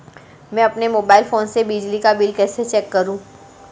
मैं अपने mobile phone से बिजली का बिल कैसे चेक करूं?